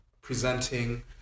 presenting